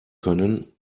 können